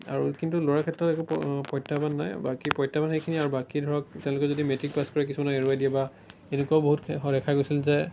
আৰু কিন্তু ল'ৰাৰ ক্ষেত্ৰত একো প্ৰত্যাহ্বান নাই বাকী প্ৰত্যাহ্বান সেইখিনিয়ে আৰু বাকী ধৰক তেওঁলোকে যদি মেট্ৰিক পাছ কৰি কিছুমানক এৰুৱাই দিয়ে বা এনেকুৱাও বহুত হোৱা দেখা গৈছিল যে